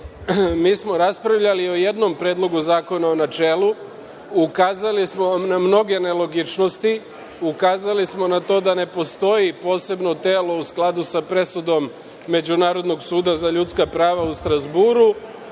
smo raspravljali o jednom Predlogu zakona u načelu, ukazali smo vam na mnoge nelogičnosti, ukazali smo na to da ne postoji posebno telo u skladu sa presudom Međunarodnom suda za ljudska prava u Strazburu. Kada